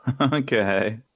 Okay